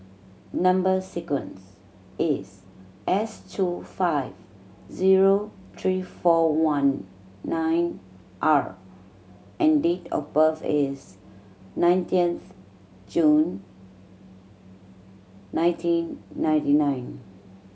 number sequence is S two five zero three four one nine R and date of birth is nineteenth June nineteen ninety nine